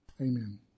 amen